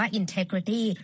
integrity